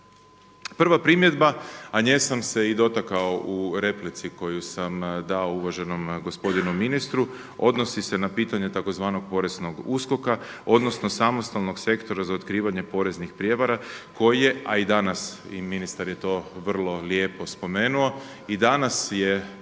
Prva primjedba, a nje sam se i dotakao u replici koju sam dao uvaženom gospodinu ministru, odnosi se na pitanje tzv. poreznog USKOK-a odnosno samostalnog sektora za otkrivanje poreznih prijevara koje, a i danas ministar je to vrlo lijepo spomenuo, i danas je